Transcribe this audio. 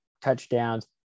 touchdowns